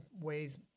ways